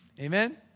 Amen